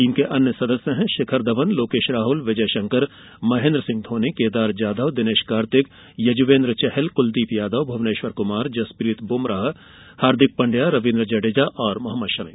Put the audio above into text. team के अन्य सदस्य हैं शिखर धवन लोकेश राहुल विजयशंकर महेन्द्रसिंह धोनी केदार जाधव दिनेश कार्तिक युजवेन्द्र चहल कुलदीप यादव भुवनेश्वर कुमार जसप्रीत बुमराह हार्दिक पाण्डया रविन्द्र जड़ेजा और मोहम्मद शमी